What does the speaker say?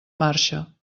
marxa